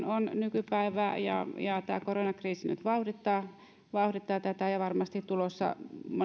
on nykypäivää ja ja tämä koronakriisi nyt vauhdittaa vauhdittaa tätä ja varmasti tämä on tulossa